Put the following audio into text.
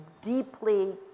deeply